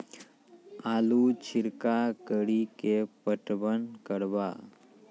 आलू छिरका कड़ी के पटवन करवा?